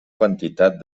quantitat